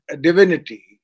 divinity